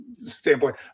standpoint